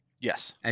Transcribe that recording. Yes